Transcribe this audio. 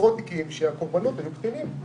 שהקורבנות היו קטינים.